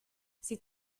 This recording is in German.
sie